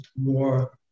more